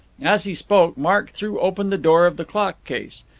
as he spoke, mark threw open the door of the clock case.